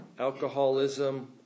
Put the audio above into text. Alcoholism